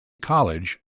college